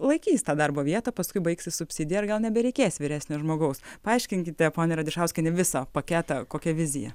laikys tą darbo vietą paskui baigsis subsidija ir gal nebereikės vyresnio žmogaus paaiškinkite ponia radišauskiene visą paketą kokia vizija